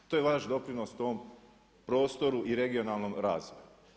To je vaš doprinos ovom prostoru i regionalnom razvoju.